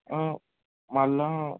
మళ్ళా